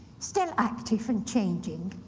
still active and changing.